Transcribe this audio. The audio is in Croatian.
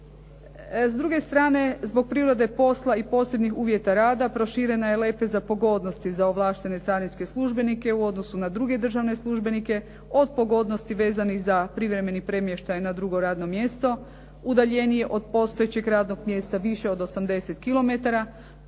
S druge strane, zbog prirode posla i posebnih uvjeta rada proširena je lepeza pogodnosti za ovlaštene carinske službenike u odnosu na druge državne službenike, od pogodnosti vezanih za privremeni premještaj na drugo radno mjesto udaljenije od postojećeg radnog mjesto više od 80